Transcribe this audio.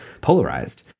polarized